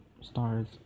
stars